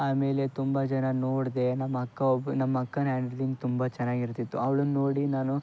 ಆಮೇಲೆ ತುಂಬ ಜನನ್ನ ನೋಡಿದೆ ನಮ್ಮ ಅಕ್ಕ ಒಬ್ಬ ನಮ್ಮಕ್ಕನ ಹ್ಯಾಂಡ್ರೆಟಿಂಗ್ ತುಂಬ ಚೆನ್ನಾಗಿರ್ತಿತ್ತು ಅವ್ಳನ್ನ ನೋಡಿ ನಾನು